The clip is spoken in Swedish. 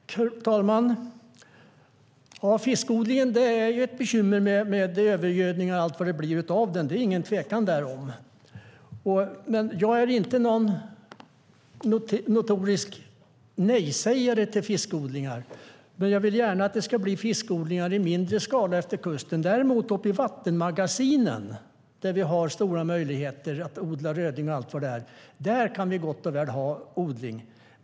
Herr talman! Inom fiskodlingen är det bekymmer med övergödning och annat. Därom råder inget tvivel. Men jag är inte någon notorisk nejsägare till fiskodlingar. Efter kusten vill jag gärna att det ska bli fiskodlingar bara i mindre skala. Uppe i vattenmagasinen, där vi har stora möjligheter att odla röding och allt vad det är, kan vi däremot gott och väl ha mer odling.